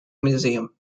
museum